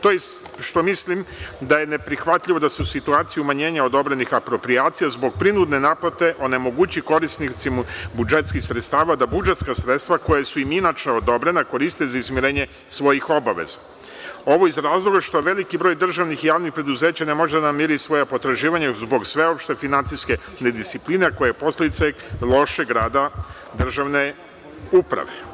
To što mislim da je neprihvatljivo da se u situaciji umanjenja odobrenih aproprijacija zbog prinudne naplate onemogući korisnicima budžetskih sredstava da budžetska sredstva koja su im inače odobrena, koriste za izmirenje svojih obaveza, ovo iz razloga što veliki broj državnih i javnih preduzeća ne može da namiri svoja potraživanja zbog sveopšte finansijske nediscipline koja je posledica lošeg rada državne uprave.